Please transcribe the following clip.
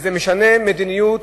זה משנה מדיניות,